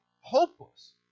hopeless